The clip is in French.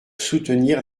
soutenir